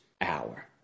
hour